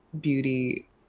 beauty